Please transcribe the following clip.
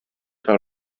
pel